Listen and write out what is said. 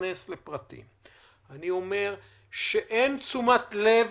להיכנס לפרטים, אני אומר שאין תשומת לב